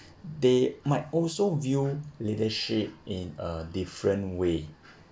they might also view leadership in a different way